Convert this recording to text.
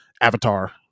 avatar